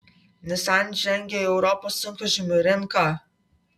nissan žengia į europos sunkvežimių rinką